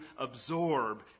absorb